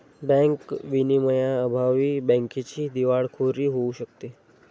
bank विनियमांअभावी बँकेची दिवाळखोरी होऊ शकते